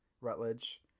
Rutledge